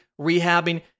rehabbing